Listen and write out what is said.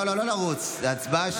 כי לא שומעים טוב.